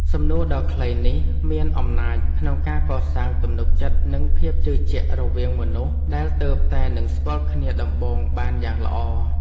សំណួរដ៏ខ្លីនេះមានអំណាចក្នុងការកសាងទំនុកចិត្តនិងភាពជឿជាក់រវាងមនុស្សដែលទើបតែនឹងស្គាល់គ្នាដំបូងបានយ៉ាងល្អ។